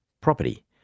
property